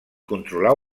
controlar